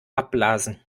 abblasen